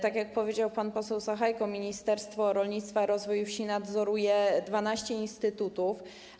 Tak jak powiedział pan poseł Sachajko, Ministerstwo Rolnictwa i Rozwoju Wsi nadzoruje 12 instytutów.